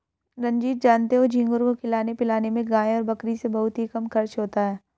रंजीत जानते हो झींगुर को खिलाने पिलाने में गाय और बकरी से बहुत ही कम खर्च होता है